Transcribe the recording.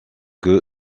que